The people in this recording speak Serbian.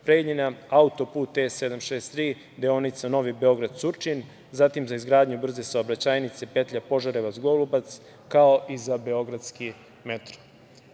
autoput E 763 deonica Novi Beograd – Surčin, zatim za izgradnju brze saobraćajnice petlja Požarevac – Golubac, kao i za beogradski metro. Čujem